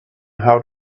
how